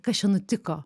kas čia nutiko